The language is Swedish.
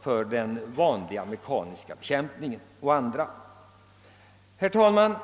för den vanliga mekaniska bekämpningsmetoden å den andra sidan.